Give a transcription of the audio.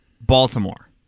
Baltimore